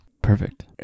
Perfect